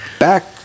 Back